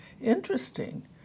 Interesting